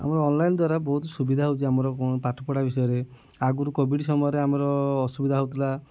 ଆମର ଅନଲାଇନ୍ ଦ୍ୱାରା ବହୁତ ସୁବିଧା ହେଉଛି ଆମର ପାଠ ପଢ଼ା ବିଷୟରେ ଆଗରୁ କୋଭିଡ଼୍ ସମୟରେ ଆମର ଅସୁବିଧା ହେଉଥିଲା